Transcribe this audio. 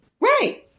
Right